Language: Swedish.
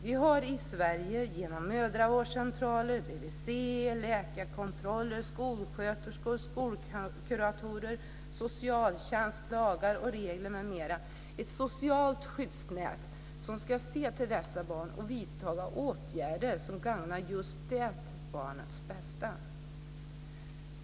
Vi har i Sverige genom mördavårdscentraler, bvc, läkarkontroller, skolsköterskor, skolkuratorer, socialtjänst, lagar och regler m.m. ett socialt skyddsnät som ska se till dessa barn och vidta åtgärder som gagnar just det barnets bästa.